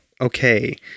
okay